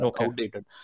outdated